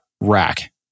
rack